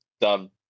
Done